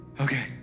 okay